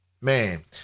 man